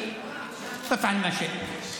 בושה, עשה כרצונך.)